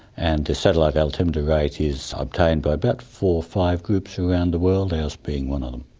and the satellite altimeter rate is obtained by about four or five groups around the world, ours being one um